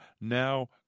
now